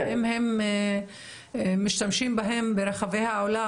האם הן משתמשים בהם ברחבי העולם,